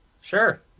Sure